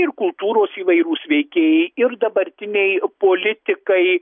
ir kultūros įvairūs veikėjai ir dabartiniai politikai